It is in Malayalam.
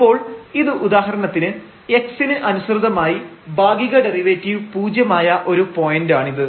അപ്പോൾ ഇത് ഉദാഹരണത്തിന് x ന് അനുസൃതമായി ഭാഗിക ഡെറിവേറ്റീവ് പൂജ്യമായ ഒരു പോയന്റാണിത്